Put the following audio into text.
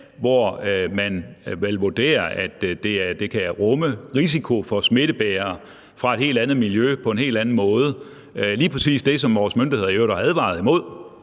hvor man vel vurderer, at det kan rumme risiko for smittebærere fra et helt andet miljø, på en helt anden måde – altså at vi får lige præcis det, som vores myndigheder i øvrigt har advaret imod,